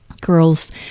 girls